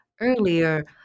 earlier